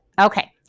Okay